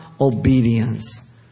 obedience